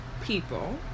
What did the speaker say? people